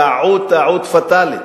טעו טעות פטאלית.